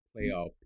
playoff